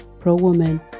pro-woman